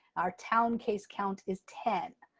our town case count is ten.